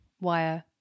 wire